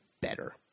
better